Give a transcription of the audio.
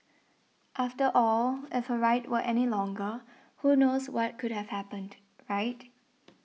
after all if her ride were any longer who knows what could have happened right